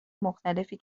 مختلفی